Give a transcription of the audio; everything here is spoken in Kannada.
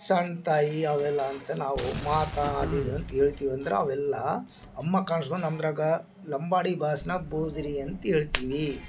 ಸಣ್ಣ ತಾಯಿ ಅವೆಲ್ಲ ಅಂತ ನಾವು ಮಾತಾಡಿದ್ದು ಅಂತ ಹೇಳ್ಕೀವ್ ಅಂದ್ರ ಅವೆಲ್ಲ ಅಮ್ಮ ಕಾಣ್ಸ್ಕೊಂಡು ನಮ್ದ್ರಾಗ ಲಂಬಾಣಿ ಭಾಷ್ನಾಗೆ ಬುಜ್ರಿ ಅಂತ ಹೇಳ್ತೀವಿ